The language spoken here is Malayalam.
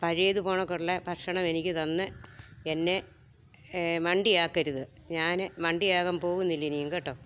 പഴേതുപോണക്കുള്ള ഭക്ഷണം എനിക്ക് തന്ന് എന്നെ മണ്ടിയാക്കരുത് ഞാന് മണ്ടിയാകാൻ പോവുന്നില്ലിനിയും കേട്ടോ